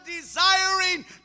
desiring